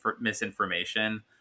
misinformation